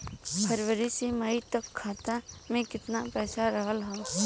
फरवरी से मई तक खाता में केतना पईसा रहल ह?